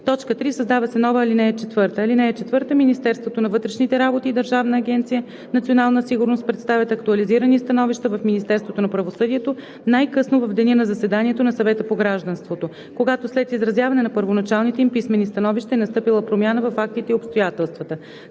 „три“. 3. Създава се нова ал. 4: „(4) Министерството на вътрешните работи и Държавна агенция „Национална сигурност“ представят актуализирани становища в Министерството на правосъдието най късно в деня на заседанието на Съвета по гражданството, когато след изразяване на първоначалните им писмени становища е настъпила промяна във фактите и обстоятелствата.“